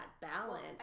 balance